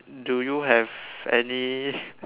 do you have any